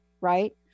right